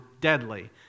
deadly